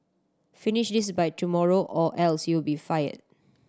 finish this by tomorrow or else you'll be fired